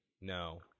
no